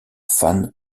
fan